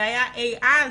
זה היה אי אז,